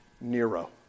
Nero